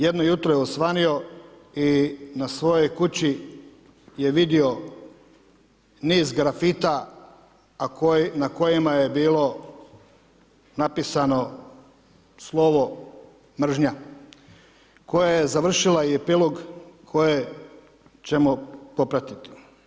Jedno jutro je osvanio i na svojoj kući je vidio niz grafita na kojima je bilo napisano slovo mržnja, koja je završila i epilog koje ćemo popratiti.